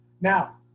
Now